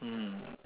mm